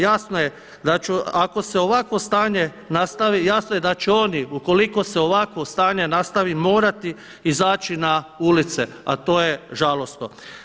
Jasno je da ću ako ovakvo stanje nastavi jasno je da će oni ukoliko se ovakvo stanje nastavi morati izaći na ulice, a to je žalosno.